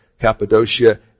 Cappadocia